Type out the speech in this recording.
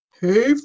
Hey